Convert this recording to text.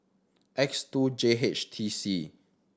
X two J H T C